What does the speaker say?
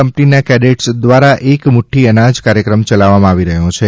કંપનીના કેડેટસ દ્વારા એક મુઠ્ઠી અનાજ કાર્યક્રમ ચલાવવામાં આવી રહ્યો છે